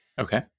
Okay